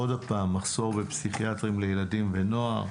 עוד הפעם, מחסור בפסיכיאטרים לילדים ונוער,